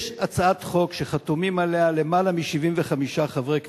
יש הצעת חוק שחתומים עליה למעלה מ-75 חברי כנסת,